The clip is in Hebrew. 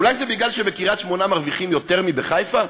אולי מפני שבקריית-שמונה מרוויחים יותר מאשר בחיפה?